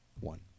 One